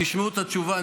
תשמעו את התשובה,